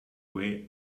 way